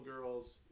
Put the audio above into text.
girls